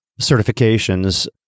certifications